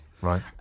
Right